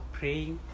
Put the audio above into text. praying